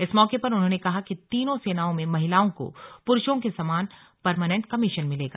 इस मौके पर उन्होंने कहा कि तीनों सेनाओं में महिलाओं को पुरुषों के समान परमानेंट कमीशन मिलेगा